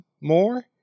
more